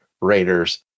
Raiders